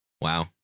Wow